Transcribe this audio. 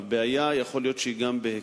הבעיה, יכול להיות שהיא בהיקף